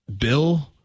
Bill